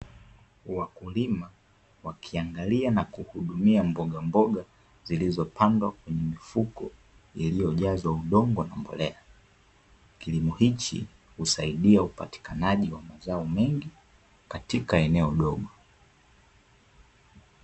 Wakulima wakiangalia na kuhudumia mbogamboga zilizopandwa kwenye mifuko iliyojazwa udongo na mbolea. Kilimo hichi husaidia upatikanaji wa mazao mengi katika eneo dogo.